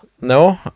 no